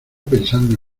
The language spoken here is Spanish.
pensando